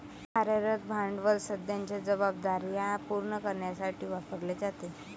कार्यरत भांडवल सध्याच्या जबाबदार्या पूर्ण करण्यासाठी वापरले जाते